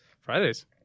Fridays